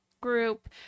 group